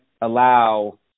allow